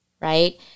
right